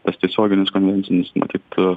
tas tiesioginis konvencinis matyt